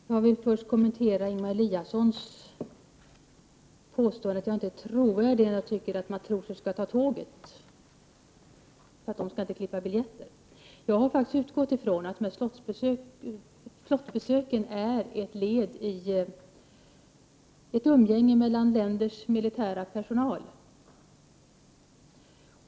Herr talman! Jag vill först kommentera Ingemar Eliassons påstående att jag inte är trovärdig när jag tycker att matroserna skall ta tåget. Han säger att de inte skall klippa biljetter. Jag har faktiskt utgått från att dessa flottbesök är ett led i ett umgänge mellan länders militära personal.